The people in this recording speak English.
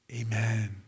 amen